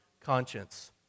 conscience